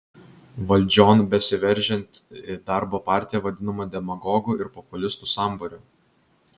valdžion besiveržianti darbo partija vadinama demagogų ir populistų sambūriu